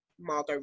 Margot